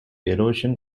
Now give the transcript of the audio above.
erosion